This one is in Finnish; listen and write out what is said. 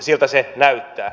siltä se näyttää